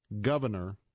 governor